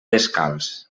descalç